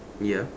ya